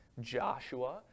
Joshua